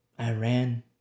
Iran